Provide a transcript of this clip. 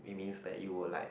it means that you will like